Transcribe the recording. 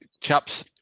chaps